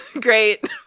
Great